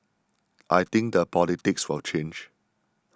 I think the politics will change